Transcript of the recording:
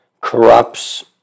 corrupts